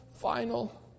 final